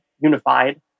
unified